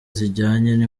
zijyanye